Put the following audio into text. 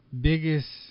biggest